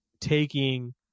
taking